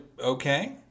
okay